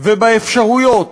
ובאפשרויות